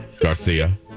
Garcia